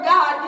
God